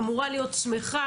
אמורה להיות שמחה,